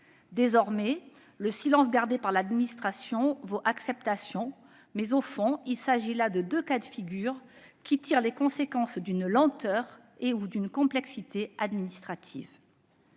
Désormais, le silence gardé par l'administration vaut acceptation. Au fond, il s'agit de deux cas de figure tirant les conséquences d'une lenteur et d'une complexité administratives.